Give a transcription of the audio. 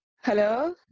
Hello